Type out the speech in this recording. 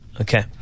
Okay